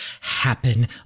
happen